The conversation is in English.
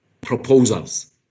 proposals